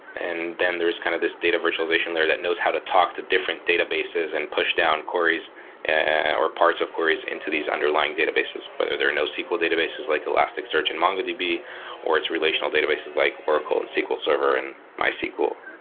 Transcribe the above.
and then there's kind of this data virtualization there that knows how to talk to different databases and push down quarries or parts of queries into these underlying databases, whether they're a nosql databases, like elasticsearch and mongodb, or it's relational databases like oracle and sql server and mysql.